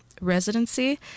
residency